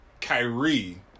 Kyrie